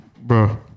bro